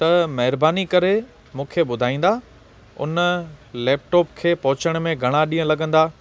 त महिरबानी करे मूंखे ॿुधाईंदा उन लैपटॉप खे पहुचण में घणा ॾींहं लॻंदा